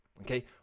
okay